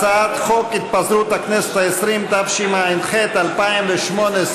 הצעת חוק התפזרות הכנסת העשרים, התשע"ח 2018,